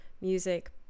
music